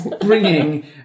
bringing